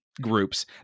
groups